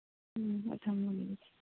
ꯎꯝ ꯑ ꯊꯝꯃꯒꯦ ꯑꯗꯨꯗꯤ